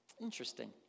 Interesting